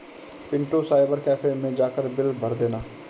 Pintu cyber cafe मैं जाकर bill भर देना